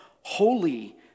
Holy